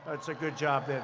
it's a good job they're